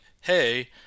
hey